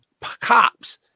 cops